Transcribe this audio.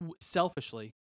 selfishly